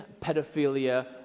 pedophilia